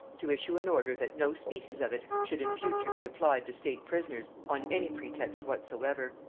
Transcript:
to issue an order that no species of it should in future be applied to state-prisoners on any pretext whatsoever.